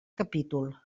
capítol